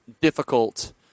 difficult